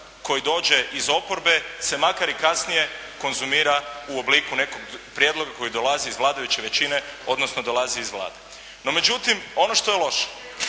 koji dođe iz oporbe se makar i kasnije konzumira u obliku nekog prijedloga koji dolazi iz vladajuće većine, odnosno dolazi iz Vlade. No, međutim, ono što je loše,